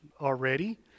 already